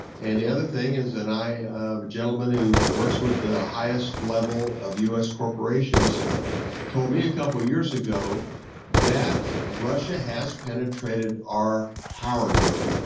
and the other thing is that i know a gentleman who but works with the highest level of u s. corporations told me a couple years ago that russia has penetrated our power grid.